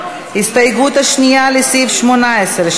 ההסתייגות השנייה לסעיף 18,